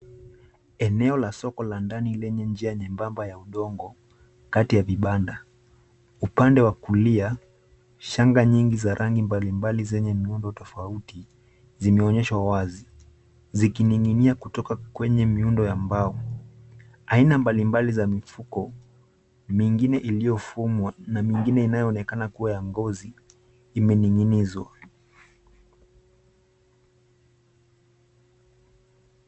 Eneo la soko la ndani lenye njia nyembaba ya udongo kati ya vibanda. Upande wa kulia shanga nyingi za rangi mbalimbali zenye miundo tofauti zimeonyeshwa wazi zikining'inia kutoka kwenye miundo ya mbao. Aina mbalimbali za mifuko mingine iliyofumwa na mingine inayoonekana kuwa ya ngozi imening'inizwa.